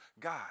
God